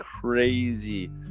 crazy